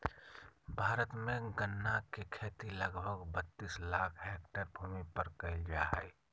भारत में गन्ना के खेती लगभग बत्तीस लाख हैक्टर भूमि पर कइल जा हइ